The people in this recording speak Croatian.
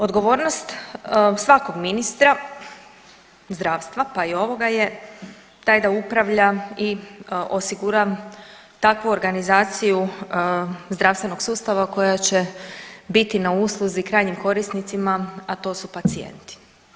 Odgovornost svakog ministra zdravstva, pa i ovoga je taj da upravlja i osigura takvu organizaciju zdravstvenog sustava koja će biti na usluzi krajnjim korisnicima, a to su pacijenti.